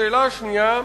השאלה השנייה: